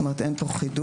זאת אומרת, אין פה חידוש.